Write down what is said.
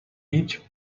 each